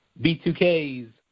B2K's